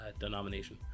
denomination